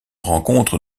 rencontre